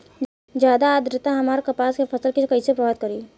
ज्यादा आद्रता हमार कपास के फसल कि कइसे प्रभावित करी?